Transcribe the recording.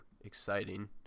exciting